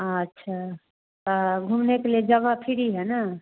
अच्छा तो घूमने के लिए जगह फ्री है ना